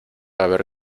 haber